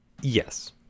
yes